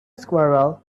squirrel